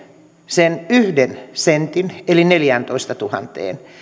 sen yhden sentin eli neljääntoistatuhanteen